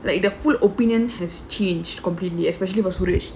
like the full opinion has changed completely especially was suresh